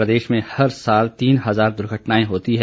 प्रदेश में हर साल तीन हजार दुर्घटनाएं होती हैं